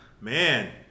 man